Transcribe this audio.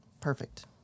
Perfect